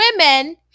women